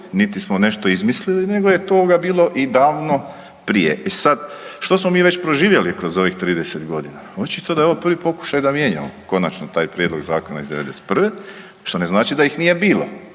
niti smo nešto izmislili nego je toga bilo i davno prije. E sad, što smo mi već proživjeli kroz ovih 30 godina? Očito da je ovo prvi pokušaj da mijenjamo konačno taj prijedlog zakona iz '91., što ne znači da ih nije bilo,